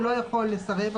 הוא לא יכול לסרב,